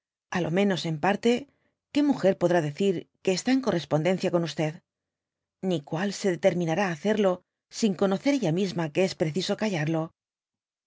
á lo menos en parte que múger podrá decir que está en correspondencia con t ni cual se determinará á hacerlo sin conocer ella misma que es preciso callarlo